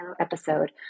episode